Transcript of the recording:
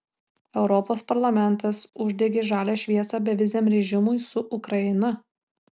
europos parlamentas uždegė žalią šviesą beviziam režimui su ukraina